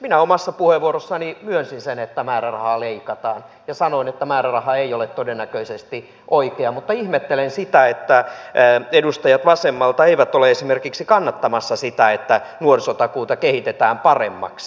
minä omassa puheenvuorossani myönsin sen että määrärahaa leikataan ja sanoin että määräraha ei ole todennäköisesti oikea mutta ihmettelen sitä että edustajat vasemmalta eivät ole esimerkiksi kannattamassa sitä että nuorisotakuuta kehitetään paremmaksi